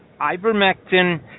ivermectin